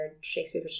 Shakespeare